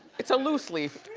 it's a loose leaf.